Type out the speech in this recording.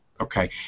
Okay